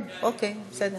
בסדר.